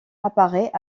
apparaît